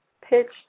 pitched